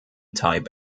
type